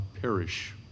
perish